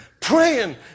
praying